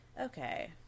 okay